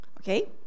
Okay